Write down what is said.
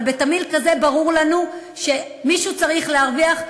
אבל בתמהיל כזה ברור לנו שמישהו צריך להרוויח,